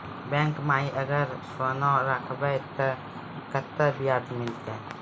Bank माई अगर सोना राखबै ते कतो ब्याज मिलाते?